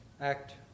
act